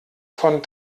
von